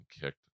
kicked